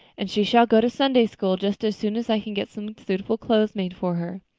and she shall go to sunday-school just as soon as i can get some suitable clothes made for her.